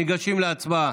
ניגשים להצבעה.